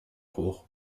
hoch